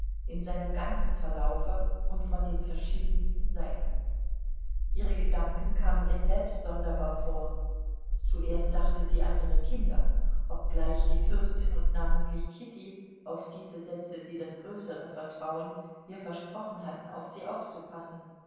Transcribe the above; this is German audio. in seinem ganzen verlaufe und von den verschiedensten seiten ihre gedanken kamen ihr selbst sonderbar vor zuerst dachte sie an ihre kinder obgleich die fürstin und namentlich kitty auf diese setzte sie das größere vertrauen ihr versprochen hatten auf sie aufzupassen